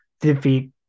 defeat